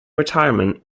retirement